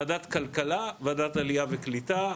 ועדת כלכלה, ועדת עלייה וקליטה.